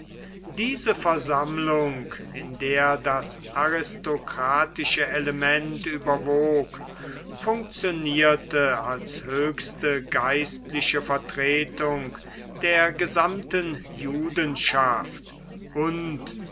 diese versammlung in der das aristokratische element überwog funktionierte als höchste geistliche vertretung der gesamten judenschaft und